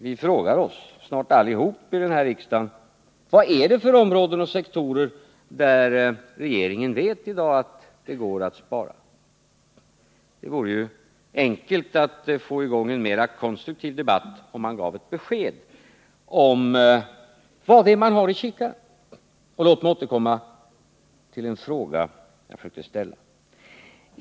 Vi frågar oss snart allesammans i den här riksdagen: Vad är det för områden och sektorer där regeringen vet att det i dag går att spara? Det vore enkelt att få i gång en mera konstruktiv debatt, om man gav ett besked om vad det är man har i kikaren. Låg mig återkomma till en fråga som jag ställde tidigare.